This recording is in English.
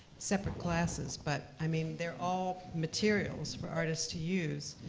separate classes, but, i mean, they're all materials for artists to use,